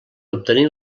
obtenir